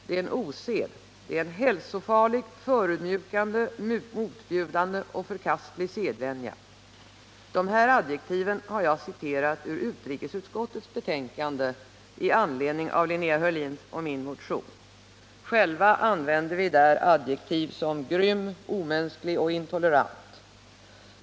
Det är en osed, en hälsofarlig, förödmjukande, motbjudande och förkastlig sedvänja — de adjektiven har jag hämtat ur utrikesutskottets betänkande med anledning av Linnea Hörléns och min motion. Själva använder vi där adjektiv som grym, omänsklig och intolerant.